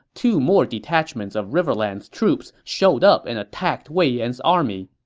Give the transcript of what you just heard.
two more detachments of riverlands troops showed up and attacked wei yan's army.